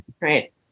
Right